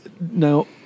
Now